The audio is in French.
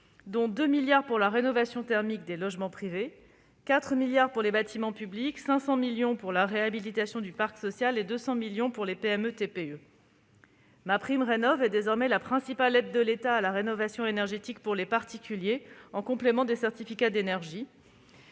dont 2 milliards d'euros pour la rénovation thermique des logements privés, 4 milliards d'euros pour les bâtiments publics, 500 millions d'euros pour la réhabilitation du parc social et 200 millions d'euros pour les PME et TPE. MaPrimeRénov'est désormais la principale aide de l'État à la rénovation énergétique pour les particuliers, en complément des certificats d'énergie.